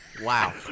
Wow